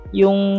yung